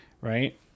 Right